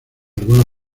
algunos